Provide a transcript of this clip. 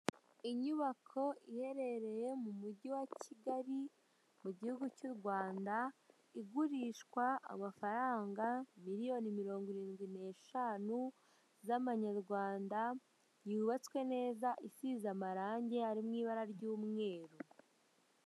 Inyubako iherereye mu mujyi wa kigali mu gihugu cy'u Rwanda igurishwa amafaranga miliyoni mirongo irindwi n'eshanu z'amanyarwanda, yubatswe neza ifite amarangi ari mu ibara ry'umweru.